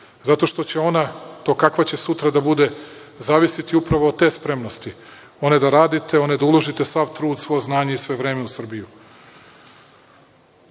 zato što će ona, to kakva će sutra da bude zavisiti upravo od te spremnosti, one da radite, da uložite sav trud, svo znanje i sve vreme u Srbiju. Nema